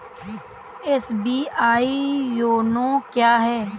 SBI YONO क्या है?